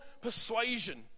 persuasion